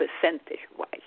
percentage-wise